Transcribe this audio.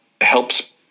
helps